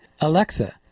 Alexa